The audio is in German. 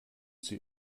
sie